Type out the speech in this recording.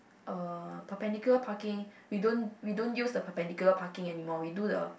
uh perpendicular parking we don't we don't use the perpendicular parking anymore we do the